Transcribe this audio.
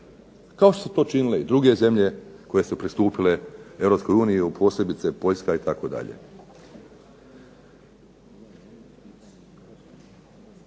Kao što su to činile i druge zemlje koje su pristupile Europskoj uniji posebice Poljska itd.